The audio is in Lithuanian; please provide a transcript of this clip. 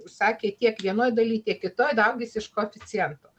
sakė tiek vienoj daly tiek kitoj daugis iš koeficiento